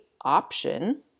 option